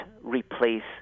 replace